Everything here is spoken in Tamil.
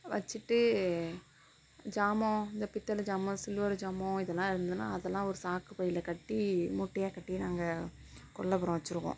வச்சிட்டு சாமோன் இந்த பித்தளை சாமோன் சில்வர் சாமோன் இதெல்லாம் இருந்ததுனா அதெல்லாம் ஒரு சாக்கு பையில் கட்டி மூட்டையாக கட்டி நாங்கள் கொல்லைப்புறம் வச்சிடுவோம்